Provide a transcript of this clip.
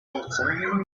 outside